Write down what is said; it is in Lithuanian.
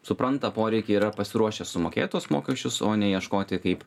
supranta poreikį yra pasiruošę sumokėt tuos mokesčius o ne ieškoti kaip